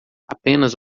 apenas